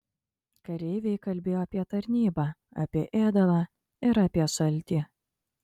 kareiviai kalbėjo apie tarnybą apie ėdalą ir apie šaltį